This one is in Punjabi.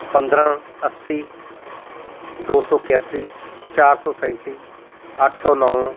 ਪੰਦਰਾਂ ਅੱਸੀ ਦੋ ਸੌ ਇਕਾਸੀ ਚਾਰ ਸੌ ਸੈਂਤੀ ਅੱਠ ਸੌ ਨੌ